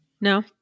No